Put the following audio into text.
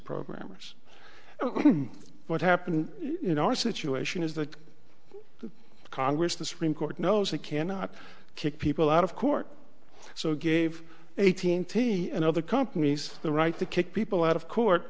programmers what happened in our situation is that congress the supreme court knows they cannot kick people out of court so gave eighteen taney and other companies the right to kick people out of court